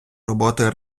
роботи